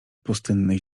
pustynnych